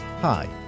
Hi